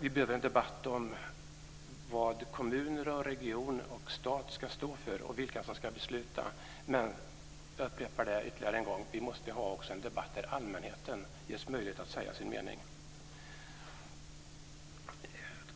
Vi behöver en debatt om vad kommuner, regioner och stat ska stå för och vilka som ska besluta. Men - jag upprepar det ytterligare en gång - vi måste också ha en debatt där allmänheten ges möjlighet att säga sin mening.